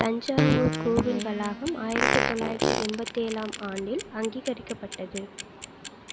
தஞ்சாவூர் கோவில் வளாகம் ஆயிரத்து தொள்ளாயிரத்து எண்பத்து ஏழாம் ஆண்டில் அங்கீகரிக்கப்பட்டது